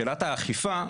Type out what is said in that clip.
שאלת האכיפה,